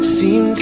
seem